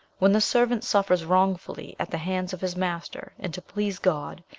when the servant suffers wrongfully at the hands of his master, and, to please god,